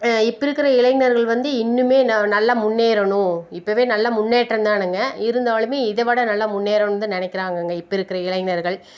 இப்போ இருக்கிற இளைஞர்கள் வந்து இன்னுமே நல்லா முன்னேறணும் இப்போவே நல்லா முன்னேற்றம் தானுங்க இருந்தாலுமே இதை விட நல்லா முன்னேறணும் தான் நினைக்கிறாங்கங்க இப்போ இருக்கிற இளைஞர்கள்